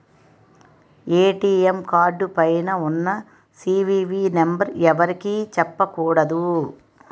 ATM card పైన ఉన్న CVV number ఎవరికీ చెప్పకూడదు